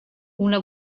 una